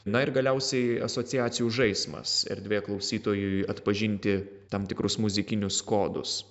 na ir galiausiai asociacijų žaismas erdvė klausytojui atpažinti tam tikrus muzikinius kodus